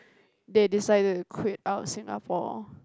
they decided to quit out of Singapore